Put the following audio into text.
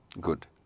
good